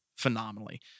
phenomenally